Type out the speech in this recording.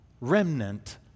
remnant